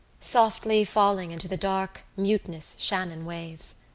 softly falling into the dark mutinous shannon waves.